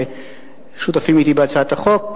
ששותפים אתי בהצעת החוק,